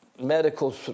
medical